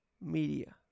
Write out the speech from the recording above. media